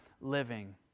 living